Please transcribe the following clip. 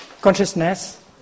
consciousness